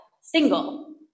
single